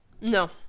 No